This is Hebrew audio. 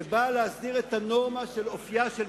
שבא להסדיר את הנורמה של אופיה של